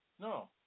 No